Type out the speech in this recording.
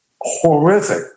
horrific